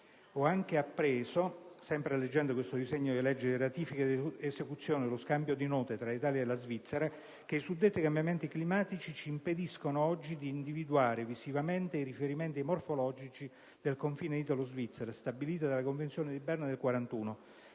Ho inoltre appreso, sempre leggendo questo di disegno di legge di ratifica ed esecuzione dello Scambio di Note tra Italia e Svizzera, che i suddetti cambiamenti climatici impediscono oggi di individuare visivamente i riferimenti morfologici del confine italo-svizzero stabiliti dalla Convenzione di Berna del 1941